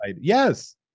yes